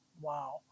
wow